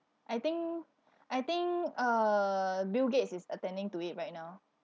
I think I think uh bill gates is attending to it right now